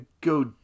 go